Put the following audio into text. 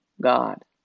God